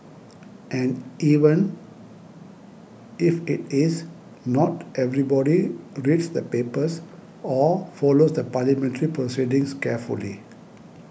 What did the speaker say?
and even if it is not everybody reads the papers or follows the parliamentary proceedings carefully